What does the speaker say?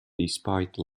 despite